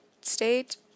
state